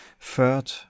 third